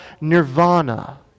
nirvana